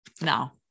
No